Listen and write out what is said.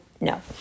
No